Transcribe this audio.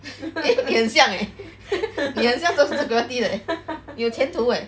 eh 你很像 eh 你很像做 security 的 leh 有前途 eh